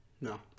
No